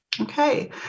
Okay